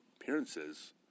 appearances